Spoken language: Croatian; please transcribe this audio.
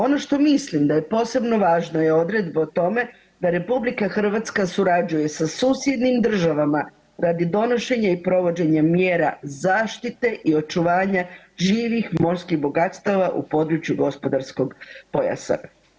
Ono što mislim da je posebno važno je odredba o tome da RH surađuje sa susjednim državama da bi donošenje i provođenje mjera zaštite i očuvanja živih morskih bogatstava u području gospodarskog pojasa.